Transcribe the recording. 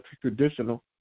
traditional